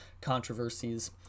controversies